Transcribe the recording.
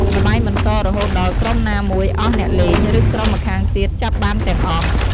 ល្បែងបន្តរហូតដល់ក្រុមណាមួយអស់អ្នកលេង ឬក្រុមម្ខាងទៀតចាប់បានទាំងអស់។